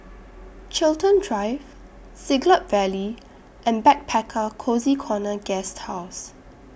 Chiltern Drive Siglap Valley and Backpacker Cozy Corner Guesthouse